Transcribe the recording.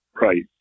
right